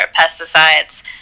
pesticides